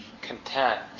content